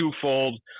twofold